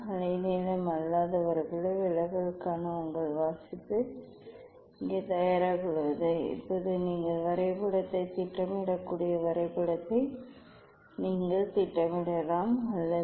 அலைநீளம் அல்லாதவர்களுக்கான விலகலுக்கான உங்கள் வாசிப்பு இங்கே தயாராக உள்ளது இப்போது நீங்கள் வரைபடத்தைத் திட்டமிடக்கூடிய வரைபடத்தை நீங்கள் திட்டமிடலாம் அல்லது